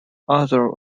other